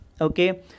okay